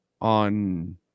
on